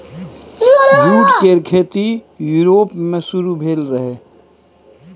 jute केर खेती Europe मे शुरु भेल रहइ